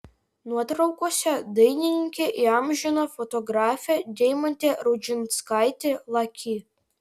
nuotraukose dainininkę įamžino fotografė deimantė rudžinskaitė laki